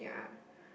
yeah